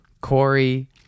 Corey